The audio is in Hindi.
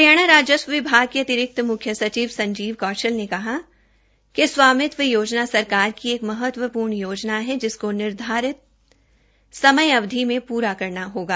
हरियाणा राजस्व विभाग के अतिरिक्त मुख्य सचिव संजीव कौशल ने कहा कि स्वामित्व योजना सरकार की एक महत्वपूर्ण योजना है जिसको निर्धारित समयावधि में पूरा करना होगा